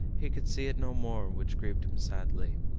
he could see it no more, which grieved him sadly.